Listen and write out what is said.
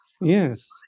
yes